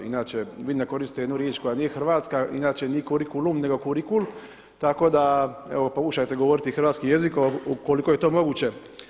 Inače vi ne koristite jednu riječ koja nije hrvatska, inače nije kurikulum nego kurikul tako da evo pokušajte govoriti hrvatski jezik ukoliko je to moguće.